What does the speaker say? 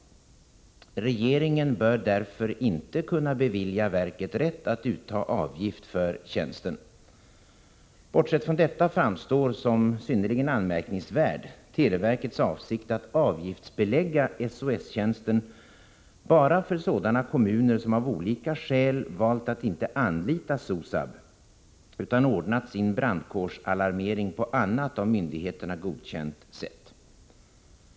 Regeringen bör därför inte kunna bevilja verket rätt att ta ut avgift för tjänsten. Bortsett från detta framstår som synnerligen anmärkningsvärd televerkets avsikt att avgiftsbelägga SOS-tjänsten bara för sådana kommuner som av olika skäl valt att inte anlita SOSAB utan ordnat sin brandkårsalarmering på annat av myndigheterna godkänt sätt.